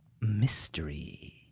Mystery